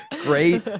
Great